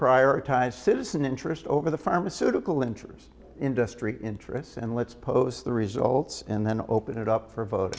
prioritize citizen interest over the pharmaceutical interest industry interests and let's post the results and then open it up for a